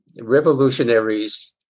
revolutionaries